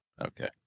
Okay